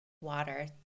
water